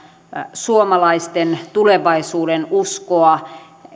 suomalaisten tulevaisuudenuskoa